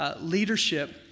Leadership